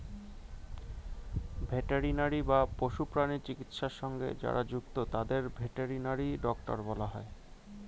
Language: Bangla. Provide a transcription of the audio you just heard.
ভেটেরিনারি বা পশু প্রাণী চিকিৎসা সঙ্গে যারা যুক্ত তাদের ভেটেরিনারি ডক্টর বলা হয়